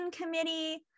committee